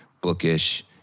bookish